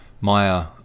Maya